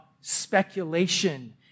speculation